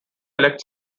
elect